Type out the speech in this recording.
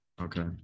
Okay